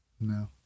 no